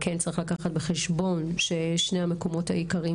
צריך לקחת בחשבון ששני המקומות העיקריים